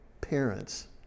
parents